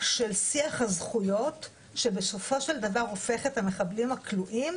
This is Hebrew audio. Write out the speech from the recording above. של שיח הזכויות שבסופו של דבר הופך את המחבלים הכלואים